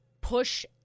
push